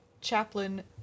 Chaplain